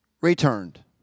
returned